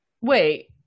Wait